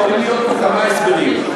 יכולים להיות כמה הסברים.